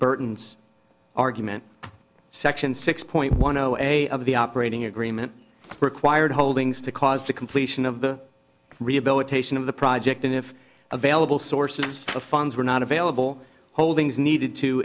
burton's argument section six point one of the operating agreement required holdings to cause the completion of the rehabilitation of the project and if available sources of funds were not available holdings needed to